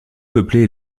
peuplée